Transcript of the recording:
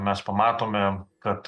mes pamatome kad